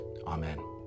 Amen